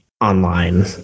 online